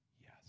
yes